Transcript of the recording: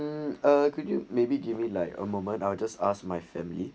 uh could you maybe give me like a moment I'll just ask my family